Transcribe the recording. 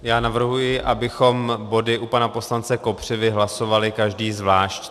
Já navrhuji, abychom body u pana poslance Kopřivy hlasovali každý zvlášť.